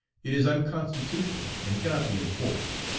it is unconstitutional and cannot be enforced